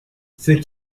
c’est